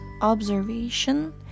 observation